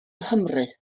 nghymru